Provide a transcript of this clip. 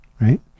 right